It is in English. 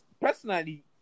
Personally